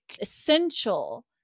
essential